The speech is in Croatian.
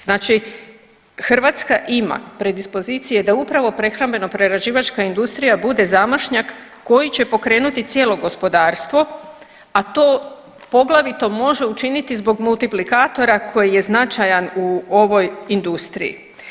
Znači Hrvatska ima predispozicije da upravo prehrambeno-prerađivačka industrija bude zamašnjak koji će pokrenuti cijelo gospodarstvo, a to poglavito može učiniti zbog multiplikatora koji je značajan u ovoj industriji.